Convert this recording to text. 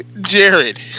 Jared